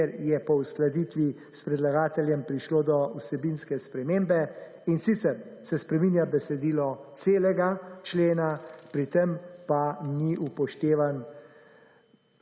kjer je po uskladitvi s predlagateljem prišlo do vsebinske spremembe in sicer se spreminja besedilo celega člena, pri tem pa ni upoštevan